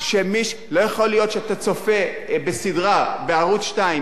שאתה צופה בסדרה בערוץ-2,